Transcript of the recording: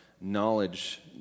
knowledge